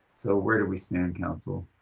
so where do we stand, council?